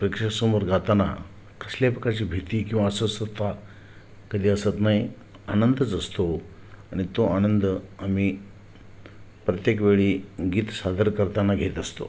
प्रेक्षकासमोर गाताना कसल्याही प्रकारची भीती किंवा अस्वस्थता कधी असत नाही आनंदच असतो आणि तो आनंद आम्ही प्रत्येक वेळी गीत सादर करताना घेत असतो